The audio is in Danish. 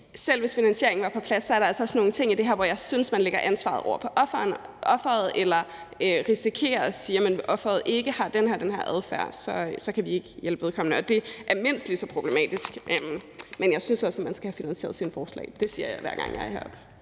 selv hvis finansieringen var på plads, er der altså også nogle ting i det her, hvor jeg synes man lægger ansvaret over på offeret eller risikerer det, når man siger, at hvis offeret ikke har den eller den her adfærd, kan vi ikke hjælpe vedkommende. Og det er mindst lige så problematisk, men jeg synes også, man skal have finansieret sine forslag. Det siger jeg, hver gang jeg står heroppe.